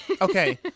Okay